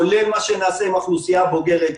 כולל מה שנעשה עם האוכלוסייה הבוגרת,